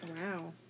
Wow